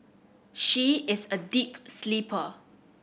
she is a deep sleeper